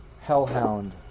hellhound